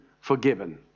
forgiven